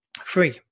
free